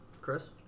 Chris